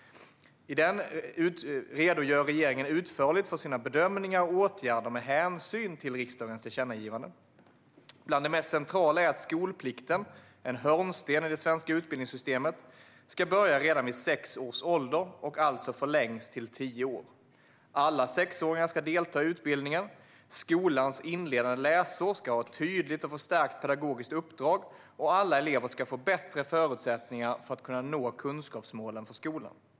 I den redogör regeringen utförligt för sina bedömningar och åtgärder med hänsyn till riksdagens tillkännagivande. Bland det mest centrala är att skolplikten - en hörnsten i det svenska utbildningssystemet - ska börja redan vid sex års ålder och alltså förlängas till tio år. Alla sexåringar ska delta i utbildningen, skolans inledande läsår ska ha ett tydligt och förstärkt pedagogiskt uppdrag och alla elever ska få bättre förutsättningar för att nå kunskapsmålen för skolan.